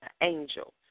angel